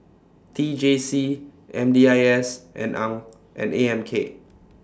T J C M D I S and and A M K